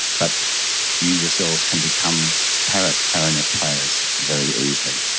but you yourselves can become carrot clarinet players very easily.